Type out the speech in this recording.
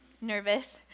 nervous